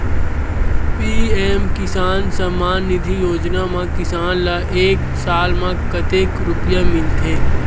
PM किसान सम्मान निधी योजना म किसान ल एक साल म कतेक रुपिया मिलथे?